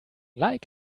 like